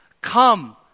Come